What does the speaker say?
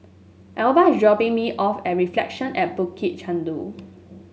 Elba is dropping me off at Reflection at Bukit Chandu